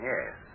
Yes